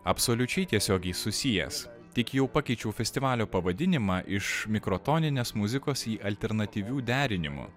absoliučiai tiesiogiai susijęs tik jau pakeičiau festivalio pavadinimą iš mikrotoninės muzikos į alternatyvių derinimų